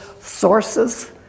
sources